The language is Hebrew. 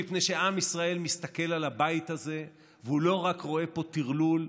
מפני שעם ישראל מסתכל על הבית הזה והוא לא רק רואה פה טרלול,